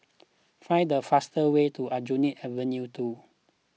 find the faster way to Aljunied Avenue two